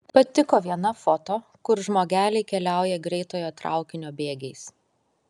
patiko viena foto kur žmogeliai keliauja greitojo traukinio bėgiais